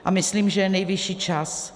A myslím, že je nejvyšší čas.